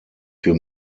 für